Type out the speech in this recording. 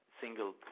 single